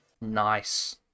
nice